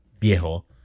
viejo